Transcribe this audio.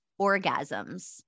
orgasms